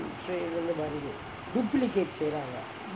duplicate செய்றாங்கே:seiraangae